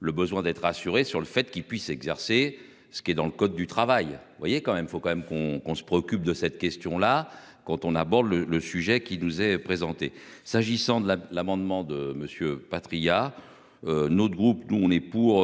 Le besoin d'être rassurés sur le fait qu'il puisse exercer ce qui est dans le code du travail. Vous voyez quand même faut quand même qu'on qu'on se préoccupe de cette question là quand on aborde le le sujet qui nous est présentée. S'agissant de la l'amendement de Monsieur Patriat. Notre groupe, nous on est pour.